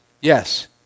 Yes